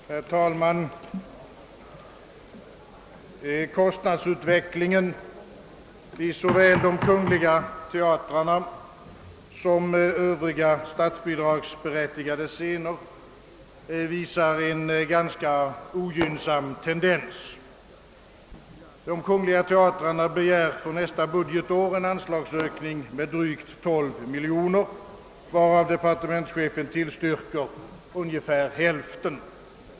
Herr talman! Kostnadsutvecklingen beträffande såväl de kungl. teatrarna som de övriga statsbidragsberättigade scenerna visar en ganska ogynnsam tendens. De kungl. teatrarna begär för nästa budgetår en anslagsökning med drygt 12 miljoner kronor, varav departementschefen tillstyrker ungefär hälften.